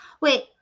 Wait